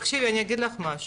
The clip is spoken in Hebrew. אני אגיד לך משהו,